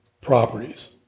properties